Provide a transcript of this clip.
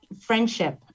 friendship